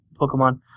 Pokemon